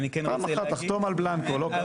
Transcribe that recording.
פעם אחת תחתום על בלנקו, לא קרה כלום.